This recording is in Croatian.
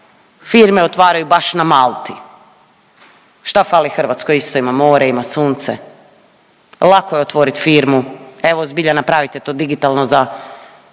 firme otvaraju baš na Malti? Šta fali Hrvatskoj isto ima more, ima sunce? Lako je otvorit firmu, evo zbilja napravite to digitalno za,